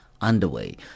underway